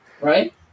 right